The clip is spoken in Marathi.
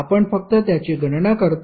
आपण फक्त त्याची गणना करतो